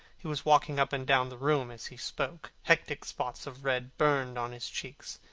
he was walking up and down the room as he spoke. hectic spots of red burned on his cheeks.